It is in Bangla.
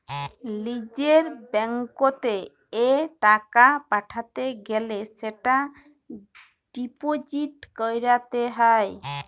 লিজের ব্যাঙ্কত এ টাকা পাঠাতে গ্যালে সেটা ডিপোজিট ক্যরত হ্য়